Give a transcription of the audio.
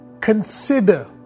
consider